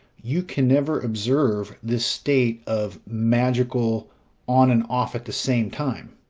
you can never observe this state of magical on and off at the same time,